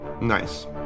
Nice